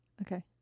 Okay